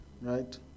Right